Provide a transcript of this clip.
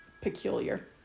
peculiar